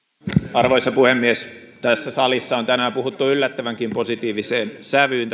arvoisa puhemies tässä salissa on tänään puhuttu yllättävänkin positiiviseen sävyyn